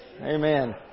Amen